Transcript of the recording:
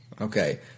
Okay